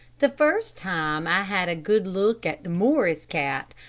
the first time i had a good look at the morris cat,